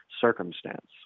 circumstance